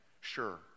Sure